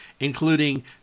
Including